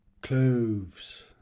cloves